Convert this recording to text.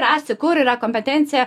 rasiu kur yra kompetencija